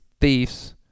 thieves